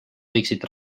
võiksid